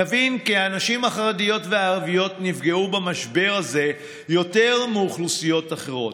נבין כי הנשים החרדיות והערביות נפגעו במשבר הזה יותר מאוכלוסיות אחרות.